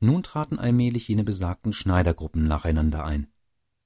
nun traten allmählich jene besagten schneidergruppen nacheinander ein